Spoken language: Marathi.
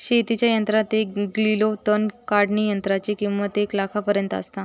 शेतीच्या यंत्रात एक ग्रिलो तण काढणीयंत्राची किंमत एक लाखापर्यंत आसता